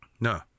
No